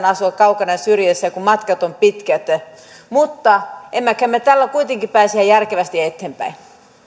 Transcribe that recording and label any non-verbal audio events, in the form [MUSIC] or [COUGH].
[UNINTELLIGIBLE] asua kaukana ja syrjässä kun matkat ovat pitkät mutta emmeköhän me tällä kuitenkin pääse ihan järkevästi eteenpäin